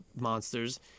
monsters